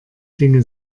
dinge